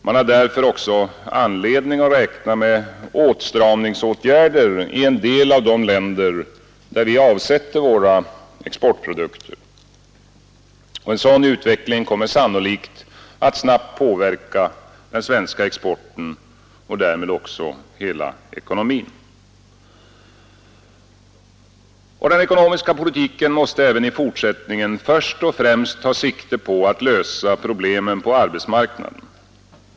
Man har därför också anledning att räkna med åtstramningsåtgärder i en del av de länder, där vi avsätter våra exportprodukter. En sådan utveckling kommer sannolikt att snabbt påverka den svenska exporten och därmed också hela ekonomin. Den ekonomiska politiken måste även i fortsättningen först och främst ta sikte på att lösa problemen på arbetsmarknaden.